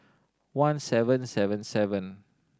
one seven seven seven